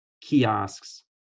kiosks